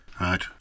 Right